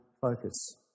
focus